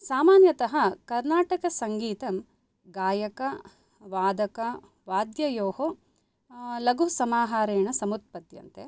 सामान्यतः कर्णाटकसङ्गीतं गयक वादक वाद्ययोः लघुसमाहारेण समुत्पद्यन्ते